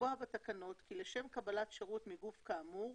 לקבוע בתקנות כי לשם קבלת שירות מגוף כאמור